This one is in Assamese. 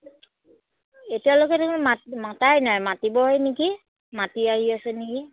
এতিয়ালৈকে দেখোন মাত মতাই নাই মাতিবহে নেকি মাতি আহি আছে নেকি